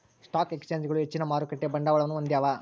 stock ಎಕ್ಸ್ಚೇಂಜ್ಗಳು ಹೆಚ್ಚಿನ ಮಾರುಕಟ್ಟೆ ಬಂಡವಾಳವನ್ನು ಹೊಂದ್ಯಾವ